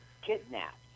Kidnapped